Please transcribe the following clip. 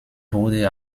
wurde